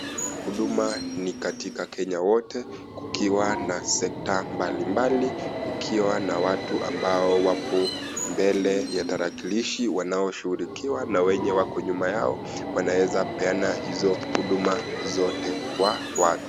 Huduma ni katika Kenya wote kukiwa na sekta mbalimbali, kukiwa na watu ambao wapo mbele ya tarakilishi wanaoshughulikiwa na wenye wako nyuma yao wanaweza peana hizo huduma zote kwa watu.